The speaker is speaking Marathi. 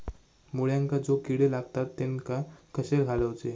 मुळ्यांका जो किडे लागतात तेनका कशे घालवचे?